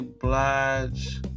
Blige